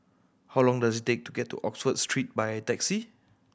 how long does it take to get to Oxford Street by taxi